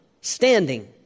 standing